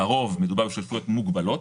לרוב מדובר על שותפויות מוגבלות